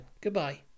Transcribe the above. goodbye